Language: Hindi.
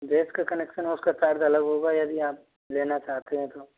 गैस का कनेक्शन उसका चार्ज अलग होगा यदि आप लेना चाहते हैं तो